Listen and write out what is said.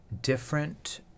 different